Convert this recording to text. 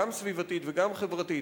גם סביבתית וגם חברתית.